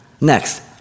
next